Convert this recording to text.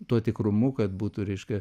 tuo tikrumu kad būtų reiškia